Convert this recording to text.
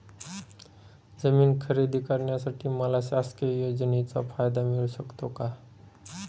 जमीन खरेदी करण्यासाठी मला शासकीय योजनेचा फायदा मिळू शकतो का?